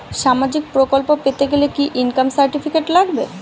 সামাজীক প্রকল্প পেতে গেলে কি ইনকাম সার্টিফিকেট লাগবে?